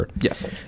yes